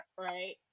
Right